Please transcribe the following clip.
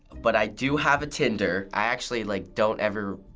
but i do have a tinder. i actually like don't ever